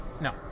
No